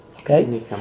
Okay